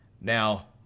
Now